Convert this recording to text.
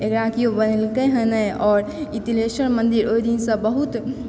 एकरा केओ बनेलकै हँ नहि आओर ई तिलेश्वर मन्दिर ओहि दिनसँ बहुत